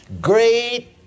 great